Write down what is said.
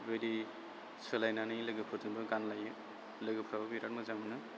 बेबायदि सोलायनानै लोगोफोरजोंबो गानलायो लोगोफ्राबो बिराद मोजां मोनो